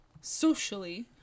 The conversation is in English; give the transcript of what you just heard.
socially